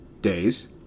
days